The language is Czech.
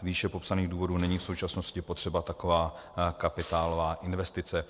Z výše popsaných důvodů není v současnosti potřeba taková kapitálová investice.